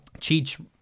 cheech